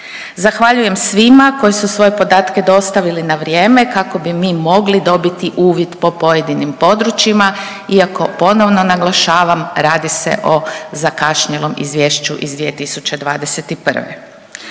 Zahvaljujem svima koji su svoje podatke dostavili na vrijeme kako bi mogli dobiti uvid po pojedinim područjima iako ponovno naglašavam radi se o zakašnjelom izvješću iz 2021.